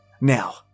Now